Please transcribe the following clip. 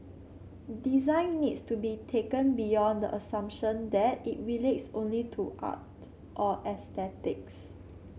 design needs to be taken beyond the assumption that it relates only to art or aesthetics